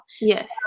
Yes